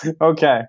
Okay